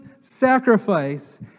sacrifice